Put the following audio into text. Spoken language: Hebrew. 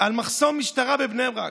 על מחסום משטרה בבני ברק.